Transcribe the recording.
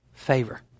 favor